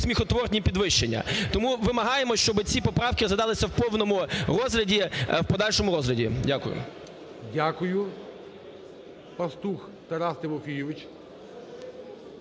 сміхотворні підвищення. Тому вимагаємо, щоб ці поправки розглядалися в повному розгляді, в подальшому розгляді. Дякую. ГОЛОВУЮЧИЙ. Дякую. Пастух Тарас Тимофійович